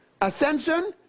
ascension